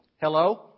Hello